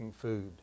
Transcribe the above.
food